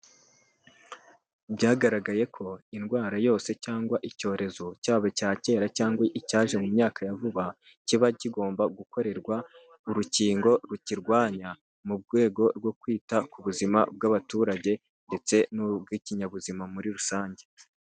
Byagaragaye ko indwara yose cyangwa icyorezo, cyaba icya kera cyangwa icyaje mu myaka ya vuba, kiba kigomba gukorerwa urukingo rukirwanya, mu rwego rwo kwita ku buzima bw'abaturage ndetse nubw'ibinyabuzima muri rusange.